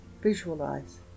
Visualize